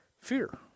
fear